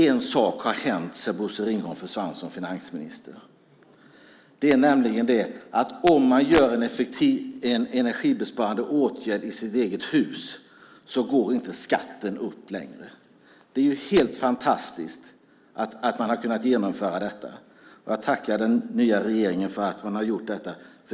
En sak har hänt sedan Bosse Ringholm försvann som finansminister, nämligen att om man vidtar en energibesparande åtgärd i sitt eget hus går inte skatten upp längre. Det är helt fantastiskt att man har kunnat genomföra detta, och jag tackar den nya regeringen för att man har gjort det.